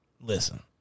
Listen